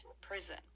prison